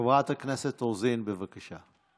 חברת הכנסת רוזין, בבקשה.